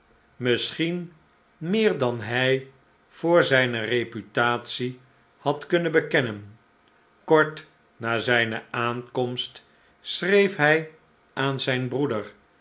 misschien meer dan hij voor zijne reputatie had kunnen bekennen kort na zijne aankomst schreef hij aan zijn broeder